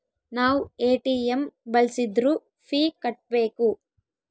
ನಾವ್ ಎ.ಟಿ.ಎಂ ಬಳ್ಸಿದ್ರು ಫೀ ಕಟ್ಬೇಕು